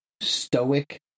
stoic